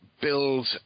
build